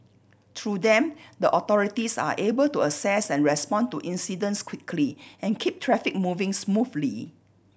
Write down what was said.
through them the authorities are able to assess and respond to incidents quickly and keep traffic moving smoothly